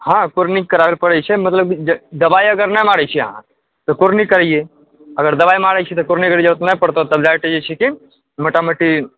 हँ कराबै पड़ै छै मतलब कि दवाई अगर नहि मारै छी अहाँ तऽ करियै अगर दवाई मरै छी तऽ करऽके जरूरत नहि पड़तै तब जाके मोटा मोटी